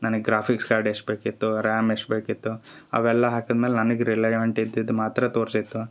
ನನಗೆ graphics card ಎಷ್ಟು ಬೇಕಿತ್ತು ರ್ಯಾಮ್ ಎಷ್ಟು ಬೇಕಿತ್ತು ಅವೆಲ್ಲ ಹಾಕಿದ ಮೇಲೆ ನನಗೆ ರಿಯಲವೆಂಟ್ ಇದ್ದಿದ್ದು ಮಾತ್ರ ತೋರ್ಸಿತ್ತು